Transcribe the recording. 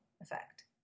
effect